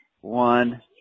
One